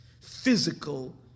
physical